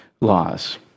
laws